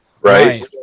right